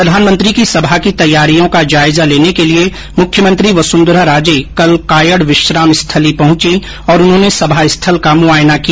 प्रधानमंत्री की सभा की तैयारियों का जायजा लेने के लिये मुख्यमंत्री वसंधरा राजे कल कायड़ विश्राम स्थली पहची और उन्होंने सभा स्थल का मुआयना किया